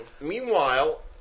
Meanwhile